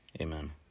Amen